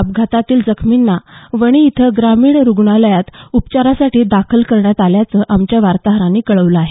अपघातातील जखमींना वणी इथं ग्रामीण रुग्णालयात उपचारांसाठी दाखल करण्यात आलं असल्याचं आमच्या वार्ताहारानं कळवलं आहे